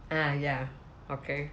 ah ya okay